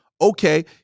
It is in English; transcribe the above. okay